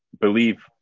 believe